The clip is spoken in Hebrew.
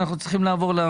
אנחנו צריכים לעבור.